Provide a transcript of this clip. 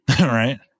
Right